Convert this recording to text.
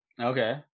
okay